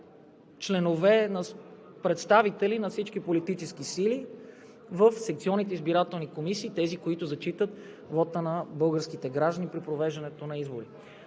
на представители от всички политически сили в секционните избирателни комисии – тези, които зачитат вота на българските граждани при провеждането на избори.